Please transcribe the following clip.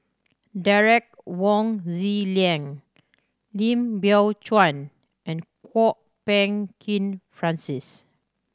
Derek Wong Zi Liang Lim Biow Chuan and Kwok Peng Kin Francis